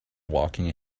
walking